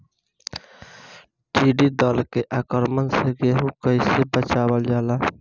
टिडी दल के आक्रमण से गेहूँ के कइसे बचावल जाला?